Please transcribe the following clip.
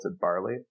barley